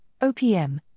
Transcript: OPM